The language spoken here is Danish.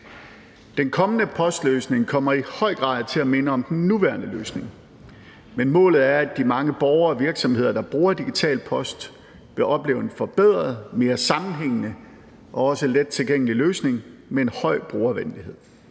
Den kommende postløsning kommer i høj grad til at minde om den nuværende løsning, men målet er, at de mange borgere og virksomheder, der bruger digital post, vil opleve en forbedret, mere sammenhængende og også let tilgængelig løsning med en høj brugervenlighed.